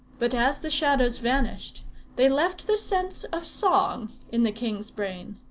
but as the shadows vanished they left the sense of song in the king's brain.